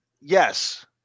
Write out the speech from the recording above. yes